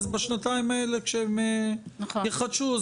בשנתיים האלה כשהם יחדשו,